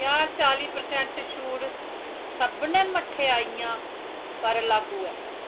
क्या चाली पर्सैंट छूट सभनें मठेआइयें पर लागू ऐ